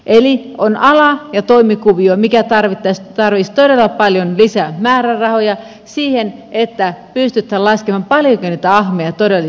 eli on ala ja toimikuvio mikä tarvitsisi todella paljon lisää määrärahoja siihen että pystytään laskemaan paljonko niitä ahmoja todellisuudessa on